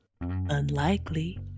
Unlikely